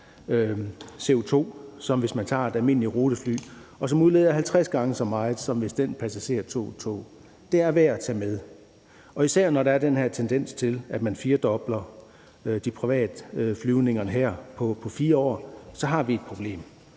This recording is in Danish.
som hvis en passager tager et almindeligt rutefly, og udleder 50 gange så meget, som hvis en passager tager et tog. Det er værd at tage med, og især når der er den her tendens til, at man har firdoblet antallet af privatflyvninger på 4 år, så har vi et problem.